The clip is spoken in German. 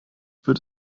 wird